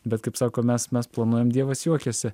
bet kaip sako mes mes planuojam dievas juokiasi